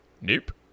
Nope